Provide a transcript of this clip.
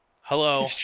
hello